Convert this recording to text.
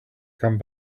come